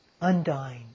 undying